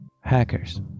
Hackers